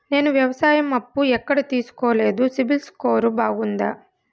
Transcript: నేను వ్యవసాయం అప్పు ఎక్కడ తీసుకోలేదు, సిబిల్ స్కోరు బాగుందా?